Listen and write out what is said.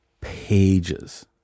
pages